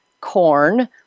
corn